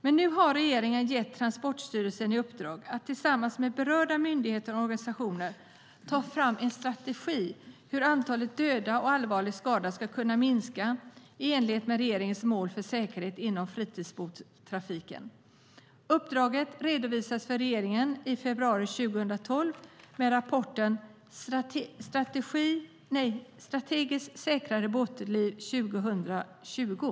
Regeringen har dock gett Transportstyrelsen i uppdrag att tillsammans med berörda myndigheter och organisationer ta fram en strategi för hur antalet döda och allvarligt skadade ska kunna minska i enlighet med regeringens mål för säkerhet inom fritidsbåtstrafiken. Uppdraget redovisades för regeringen i februari 2012 med rapporten Strategi säkrare båtliv 2020 .